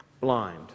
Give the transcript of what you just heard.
blind